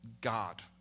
God